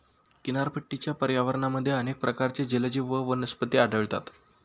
किनारपट्टीच्या पर्यावरणामध्ये अनेक प्रकारचे जलजीव व वनस्पती आढळतात